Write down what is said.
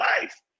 life